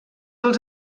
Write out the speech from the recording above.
els